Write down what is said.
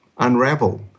Unravel